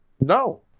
No